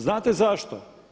Znato zašto?